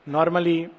Normally